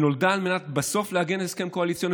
היא נולדה על מנת להגן על הסכם קואליציוני